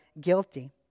guilty